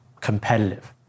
competitive